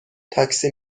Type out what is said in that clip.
تاکسی